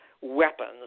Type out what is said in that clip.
weapons